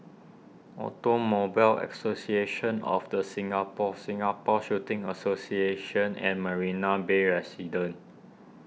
Automobile Association of the Singapore Singapore Shooting Association and Marina Bay Residences